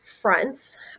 fronts